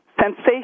sensation